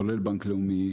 כולל בנק לאומי,